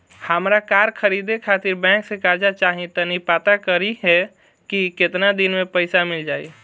हामरा कार खरीदे खातिर बैंक से कर्जा चाही तनी पाता करिहे की केतना दिन में पईसा मिल जाइ